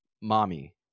mommy